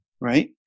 right